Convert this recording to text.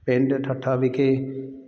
ਪਿੰਡ ਠੱਠਾ ਵਿਖੇ